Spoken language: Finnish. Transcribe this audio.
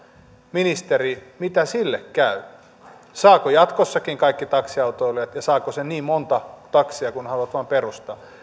ministeri mitä sille käy saavatko sen jatkossakin kaikki taksiautoilijat ja saako sen niin monta taksia kuin he haluavat vain perustaa